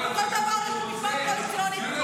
אופיר, אין לכם משמעת קואליציונית?